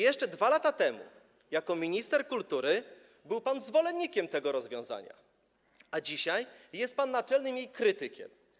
Jeszcze 2 lata temu jako minister kultury był pan zwolennikiem tego rozwiązania, a dzisiaj jest pan jej naczelnym krytykiem.